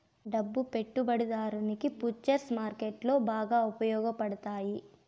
డబ్బు పెట్టుబడిదారునికి ఫుచర్స్ మార్కెట్లో బాగా ఉపయోగపడతాయి